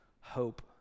hope